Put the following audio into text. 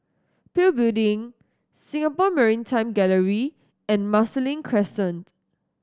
PIL Building Singapore Maritime Gallery and Marsiling Crescent